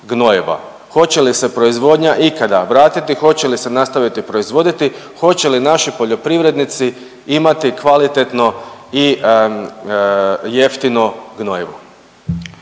Hoće li se proizvodnja ikada vratiti i hoće li se nastaviti proizvoditi, hoće li naši poljoprivrednici imati kvalitetno i jeftino gnojivo?